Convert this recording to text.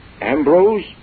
Ambrose